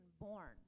born